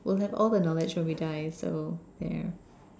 we'll have all the knowledge when we die so there